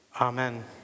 Amen